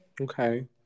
Okay